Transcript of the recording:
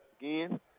again